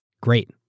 Great